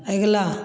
अगिला